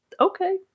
okay